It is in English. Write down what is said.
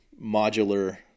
modular